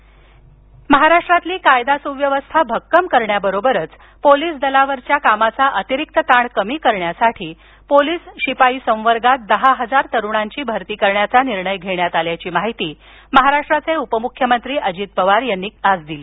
अजित पवार महाराष्ट्रातील कायदा सुव्यवस्था भक्कम करण्याबरोबरच पोलीस दलावरील कामाचा ताण कमी करण्यासाठी पोलीस शिपाई संवर्गात दहा हजार तरुणांची भरती करण्याचा निर्णय घेण्यात आल्याची माहिती उपमुख्यमंत्री अजित पवार यांनी काल दिली